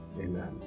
amen